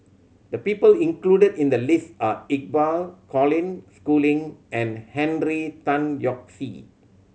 the people included in the list are Iqbal Colin Schooling and Henry Tan Yoke See